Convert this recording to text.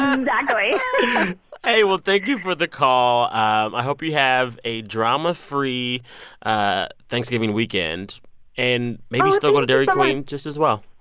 exactly hey, well, thank you for the call. i hope you have a drama-free ah thanksgiving weekend and maybe still go to dairy queen just as well.